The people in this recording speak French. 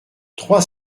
trois